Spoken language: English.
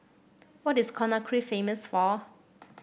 what is Conakry famous for